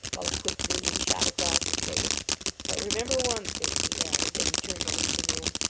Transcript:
while a quick gleam shot across his face but remember one thing, he added, as he turned to leave the room,